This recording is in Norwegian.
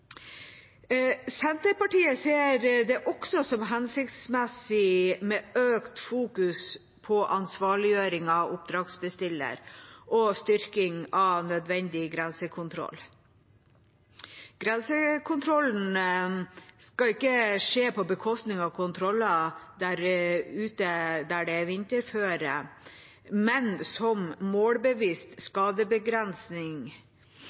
Senterpartiet ser det også hensiktsmessig med økt fokus på ansvarliggjøring av oppdragsbestiller og styrking av nødvendig grensekontroll. Grensekontrollen skal ikke skje på bekostning av kontroller ute, der det er vinterføre, men som målbevisst